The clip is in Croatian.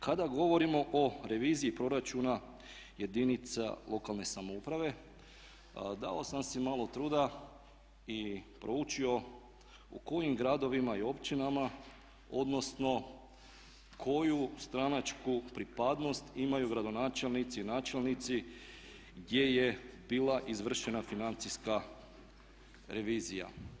Kada govorimo o reviziji proračuna jedinica lokalne samouprave dao sam si malo truda i proučio u kojim gradovima i općinama odnosno koju stranačku pripadnost imaju gradonačelnici i načelnici gdje je bila izvršena financijska revizija.